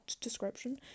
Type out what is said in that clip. description